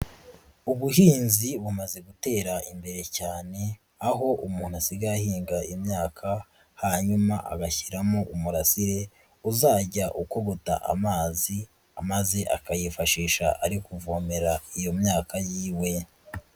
Ubuhinzi bumaze gutera imbere cyane, aho umuntu asigaye ahinga imyaka, hanyuma agashyiramo umurasire uzajya ukogota amazi, maze akayifashisha ari kuvomera iyo myaka y'iwe.